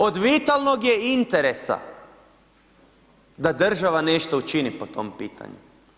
Od vitalnog je interesa da država nešto učini po tom pitanju.